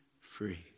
free